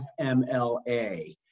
FMLA